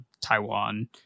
Taiwan